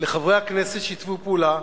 לחברי הכנסת ששיתפו פעולה,